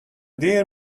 dear